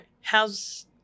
how's –